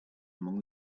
among